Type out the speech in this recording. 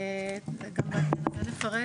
גם בעניין הזה נפרט.